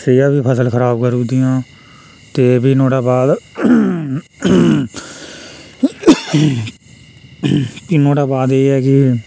सेहा बी फसल खराब करुदियां ते फ्ही नुहाड़े बाद फ्ही नुहाड़े बाद एह् ऐ कि